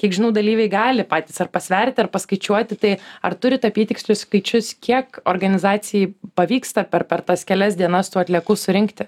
kiek žinau dalyviai gali patys ar pasverti ir paskaičiuoti tai ar turit apytikslius skaičius kiek organizacijai pavyksta per per tas kelias dienas tų atliekų surinkti